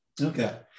Okay